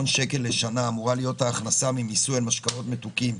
אמורים להיות ההכנסה ממיסוי על משקאות מתוקים,